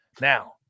Now